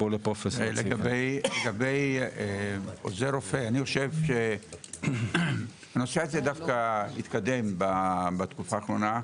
לגבי עוזר רופא - הנושא הזה דווקא התקדם בתקופה האחרונה.